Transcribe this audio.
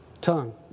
tongue